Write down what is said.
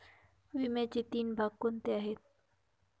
विम्याचे तीन भाग कोणते आहेत?